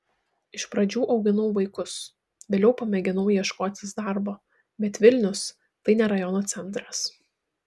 iš pradžių auginau vaikus vėliau pamėginau ieškotis darbo bet vilnius tai ne rajono centras